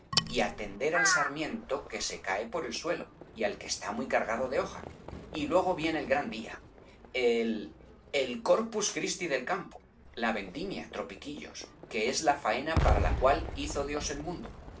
y atender al sarmiento que se cae por el suelo y al que está muy cargado de hoja y luego viene el gran día el el corpus christi del campo la vendimia tropiquillos que es la faena para la cual hizo dios el mundo